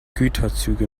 güterzüge